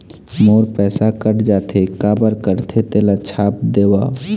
मोर पैसा कट जाथे काबर कटथे तेला छाप देव?